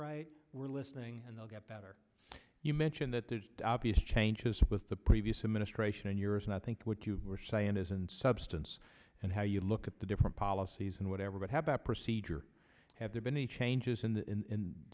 right we're listening and they'll get better you mentioned that the obvious changes with the previous administration and yours and i think what you were saying is in substance and how you look at the different policies and whatever but have a procedure have there been any changes